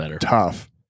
tough